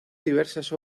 diversas